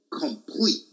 complete